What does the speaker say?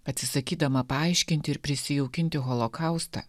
atsisakydama paaiškinti ir prisijaukinti holokaustą